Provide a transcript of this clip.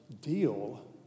deal